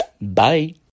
Bye